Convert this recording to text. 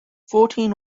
fourteen